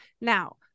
Now